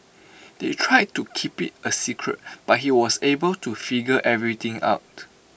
they tried to keep IT A secret but he was able to figure everything out